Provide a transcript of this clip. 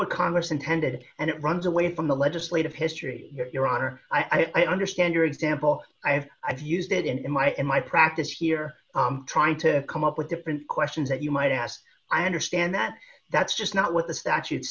what congress intended and it runs away from the legislative history your honor i understand your example i have i've used it in my in my practice here trying to come up with different questions that you might ask i understand that that's just not what the statute